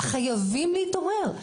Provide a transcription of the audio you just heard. חייבים להתעורר.